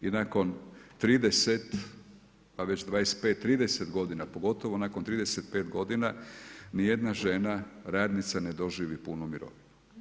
I nakon 30 a već 25, 30 godina, pogotovo nakon 35 godina nijedna žena radnica ne doživi punu mirovinu.